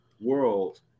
world